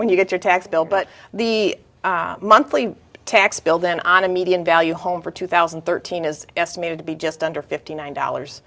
when you get your tax bill but the monthly tax bill down on a median value home for two thousand and thirteen is estimated to be just under fifty nine dollars